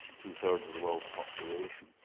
two-thirds of the world's population,